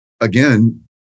again